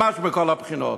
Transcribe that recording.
ממש מכל הבחינות.